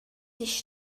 sich